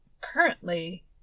currently